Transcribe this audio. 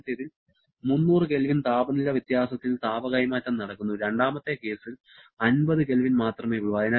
ആദ്യത്തേതിൽ 300 K താപനില വ്യത്യാസത്തിൽ താപ കൈമാറ്റം നടക്കുന്നു രണ്ടാമത്തെ കേസിൽ 50 K മാത്രമേയുള്ളൂ